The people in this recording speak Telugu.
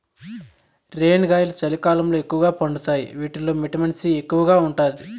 రేణిగాయాలు చలికాలంలో ఎక్కువగా పండుతాయి వీటిల్లో విటమిన్ సి ఎక్కువగా ఉంటాది